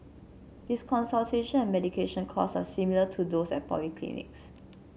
its consultation and medication costs are similar to those at polyclinics